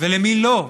ולמי לא.